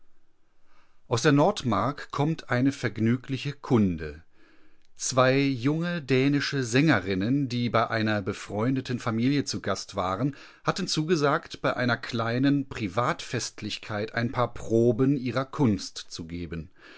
aus der nordmark kommt eine vergnügliche kunde zwei junge dänische sängerinnen die bei einer befreundeten familie zu gast waren hatten zugesagt bei einer kleinen privatfestlichkeit ein paar proben ihrer kunst zu geben